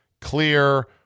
clear